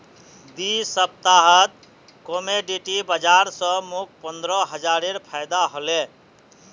दी सप्ताहत कमोडिटी बाजार स मोक पंद्रह हजारेर फायदा हले